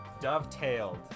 Dovetailed